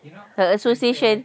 her association